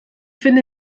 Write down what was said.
finde